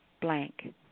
blank